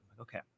Okay